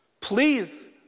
please